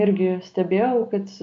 irgi stebėjau kad